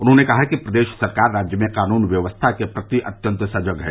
उन्होंने कहा कि प्रदेश सरकार राज्य में कानून व्यवस्था के प्रति अत्यंत सजग है